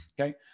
Okay